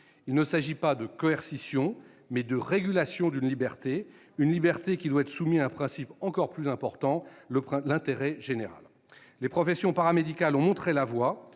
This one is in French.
Il s'agit non pas de coercition, mais de régulation d'une liberté, une liberté qui doit être soumise à un principe encore plus important : l'intérêt général. Les professions paramédicales ont montré la voie